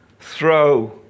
throw